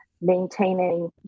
maintaining